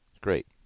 great